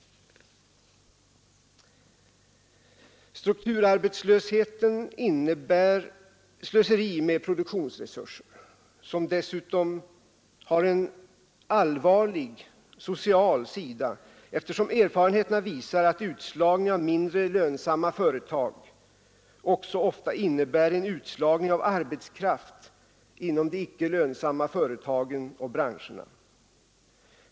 Strukturarbetslösheten innebär slöseri med produktionsresurser och har dessutom en allvarlig social sida, eftersom erfarenheterna visar att utslagning av mindre lönsamma företag också ofta innebär en utslagning av arbetskraft inom de icke lönsamma företagen och branscherna.